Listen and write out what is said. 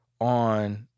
on